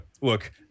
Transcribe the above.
look